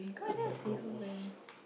my clothes